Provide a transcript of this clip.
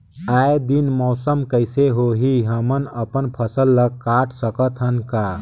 आय दिन मौसम कइसे होही, हमन अपन फसल ल काट सकत हन का?